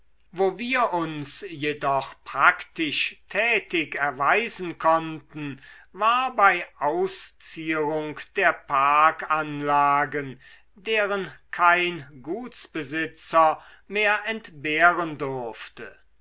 wo wir uns jedoch praktisch tätig erweisen konnten war bei auszierung der parkanlagen deren kein gutsbesitzer mehr entbehren durfte